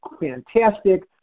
fantastic